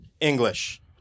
English